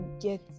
get